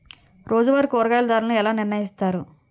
రోజువారి కూరగాయల ధరలను ఎలా నిర్ణయిస్తారు?